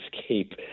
escape